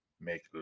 make